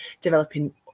developing